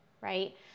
right